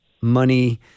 money